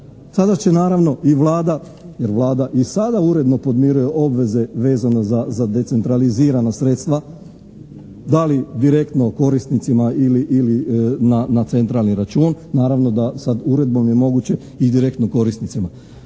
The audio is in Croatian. Sada će naravno i Vlada, jer Vlada i sada uredno podmiruje obveze vezano za decentralizirana sredstva, da li direktno korisnicima ili na centralni račun, naravno da sad uredbom je moguće i direktno korisnicima.